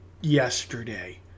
yesterday